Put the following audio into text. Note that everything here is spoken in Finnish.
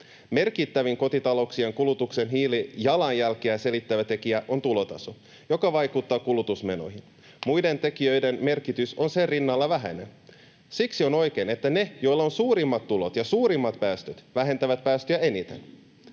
Merkittävin kotitalouksien kulutuksen hiilijalanjälkeä selittävä tekijä on tulotaso, joka vaikuttaa kulutusmenoihin. Muiden tekijöiden merkitys on sen rinnalla vähäinen. Siksi on oikein, että ne, joilla on suurimmat tulot ja suurimmat päästöt, vähentävät päästöjä eniten.